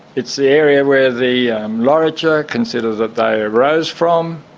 it's the area where the luritja consider that they arose from.